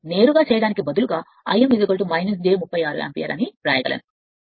కాబట్టి నేరుగా చేయడానికి బదులుగా I m j 36 యాంపియర్ అని వ్రాయగలను